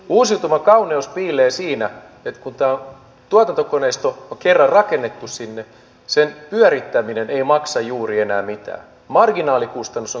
uusiutuvan kauneus piilee siinä että kun tämä tuotantokoneisto on kerran sinne rakennettu sen pyörittäminen ei maksaa enää juuri mitään marginaalikustannus on käytännössä nolla